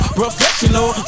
Professional